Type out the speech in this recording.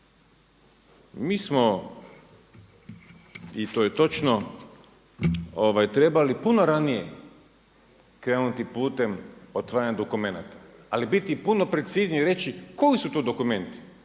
Mi smo i to je točno trebali puno ranije krenuti putem otvaranja dokumenata, ali biti puno precizniji i reći koji su to dokumenti.